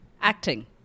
acting